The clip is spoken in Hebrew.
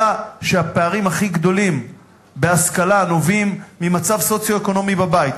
אתה יודע שהפערים הכי גדולים בהשכלה נובעים ממצב סוציו-אקונומי בבית.